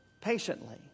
patiently